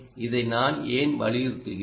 இதை நான் ஏன் வலியுறுத்துகிறேன்